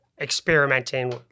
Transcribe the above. experimenting